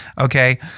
Okay